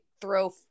throw